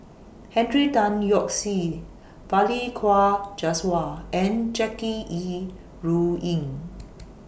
Henry Tan Yoke See Balli Kaur Jaswal and Jackie Yi Ru Ying